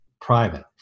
private